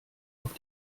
auf